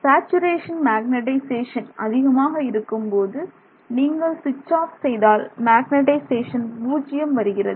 saturation magnetisation அதிகமாக இருக்கும்போது நீங்கள் சுவிட்ச் ஆப் செய்தால் மேக்னெட்டிசேசன் பூஜ்ஜியம் ஆகிறது